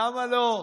למה לא?